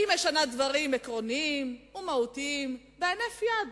היא משנה דברים עקרוניים ומהותיים בהינף יד,